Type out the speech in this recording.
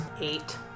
Eight